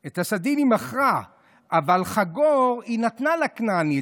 את הסדין היא מכרה, אבל חגור היא נתנה לכנעני.